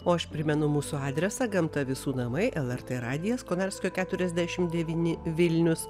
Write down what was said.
o aš primenu mūsų adresą gamta visų namai lrt radijas konarskio keturiasdešim devyni vilnius